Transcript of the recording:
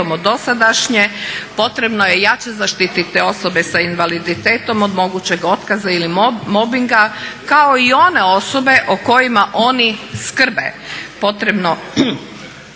Potrebno je jače zaštititi osobe s invaliditetom od mogućeg otkaza ili mobinga kao i one osobe o kojima oni skrbe. Potrebno je